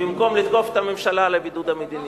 במקום לתקוף את הממשלה על הבידוד המדיני.